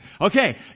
Okay